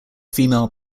female